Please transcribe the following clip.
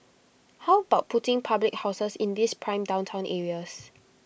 how about putting public housing in these prime downtown areas